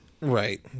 Right